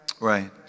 Right